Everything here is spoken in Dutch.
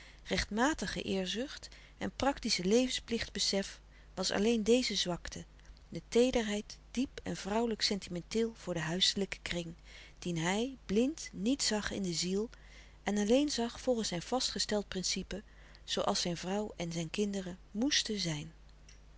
rechtmatige eerzucht en praktisch levensplichtbesef was alleen deze zwakte de teederheid diep en vrouwelijk sentimenteel voor den huiselijken kring dien hij blind niet zag in de ziel en alleen zag volgens zijn vastgesteld principe zooals zijn vrouw en zijn kinderen moesten zijn